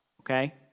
okay